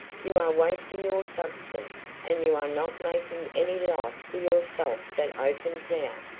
you are wasting your substance, and you are not making any life for yourself that opens out.